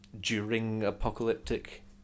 during-apocalyptic